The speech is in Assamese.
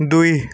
দুই